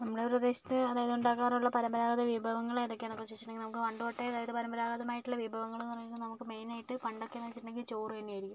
നമ്മളെ പ്രദേശത്ത് അതായത് ഉണ്ടാക്കാറുള്ള പരമ്പരാഗത വിഭവങ്ങൾ ഏതൊക്കെയാണ് എന്ന് ചോദിച്ചിട്ടുണ്ടെങ്കിൽ നമ്മുക്ക് പണ്ട് തൊട്ടേ അതായത് പരമ്പരാഗതമായിട്ടുള്ള വിഭവങ്ങൾ എന്ന് പറയുമ്പോൾ നമുക്ക് മെയിനായിട്ട് പണ്ടൊക്കെ എന്ന് വെച്ചിട്ടുണ്ടെങ്കിൽ ചോറ് തന്നെ ആയിരിക്കും